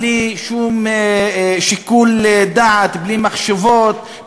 בלי שום שיקול דעת ובלי מחשבות,